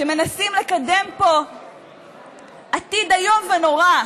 שמנסים לקדם פה עתיד איום ונורא,